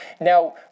Now